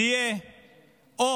זה יהיה או